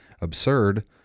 absurd